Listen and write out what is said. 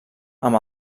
amb